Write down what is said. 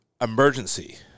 emergency